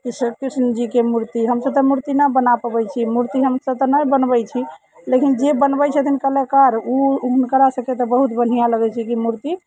या कृष्ण जीके मूर्ति हमसभ तऽ मूर्ति न बना पबैत छियै मूर्ति हमसभ तऽ नहि बनबैत छी लेकिन जे बनबैत छथिन कलाकार ओ हुनकासभके तऽ बहुत बढ़िआँ लगैत छै कि मूर्ति